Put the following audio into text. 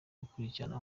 gukurikirana